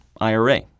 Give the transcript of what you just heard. IRA